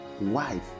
wife